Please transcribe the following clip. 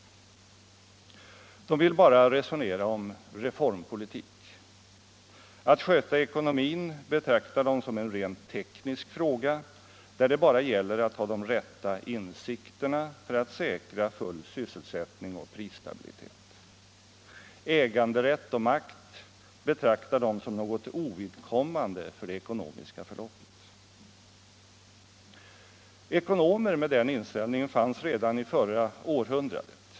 De vill bara resonera om reformpolitik. Att sköta ekonomin betraktar de som en rent teknisk fråga, där det bara gäller att ha de rätta insikterna för att säkra full sysselsättning och prisstabilitet. Äganderätt och makt betraktar de som något ovidkommande för det ekonomiska förloppet. Ekonomer med den inställningen fanns redan i förra århundradet.